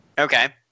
Okay